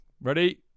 Ready